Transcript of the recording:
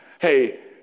Hey